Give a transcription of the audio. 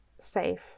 safe